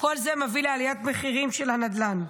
כל זה מביא לעליית מחירים של הנדל"ן.